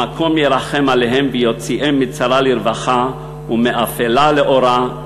המקום ירחם עליהם ויוציאם מצרה לרווחה ומאפלה לאורה.